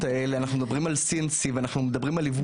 האלה אנחנו מדברים על CNC ועל עיבוד שבבי.